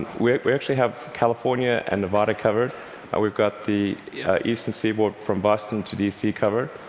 we we actually have california and nevada covered, and we've got the eastern seaboard from boston to d c. covered.